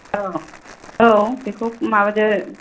औ औ बेखौ माबादो